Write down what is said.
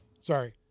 Sorry